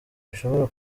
bishobora